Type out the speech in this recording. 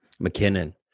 McKinnon